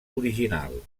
original